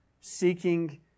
seeking